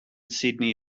sydney